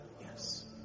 Yes